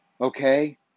okay